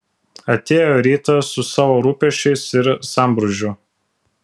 atėjo rytas su savo rūpesčiais ir sambrūzdžiu